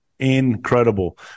Incredible